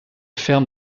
fermes